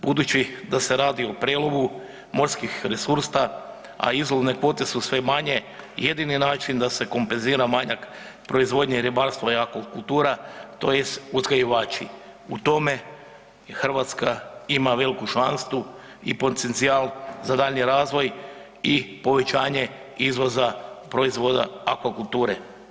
Budući da se radi o prijedlogu morskih resursa a izlovne kvote su sve manje, jedini način da se kompenzira manjak proizvodnje ribarstva i akvakultura, tj. uzgajivači, u tome Hrvatska ima veliku šansu i potencijal za daljnji razvoj i povećanje izvoza proizvoda akvakulture.